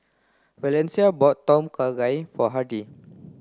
Valencia bought Tom Kha Gai for Hardie